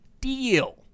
deal